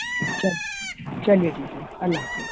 چلیے چلیے ٹھیک ہے اللہ حافظ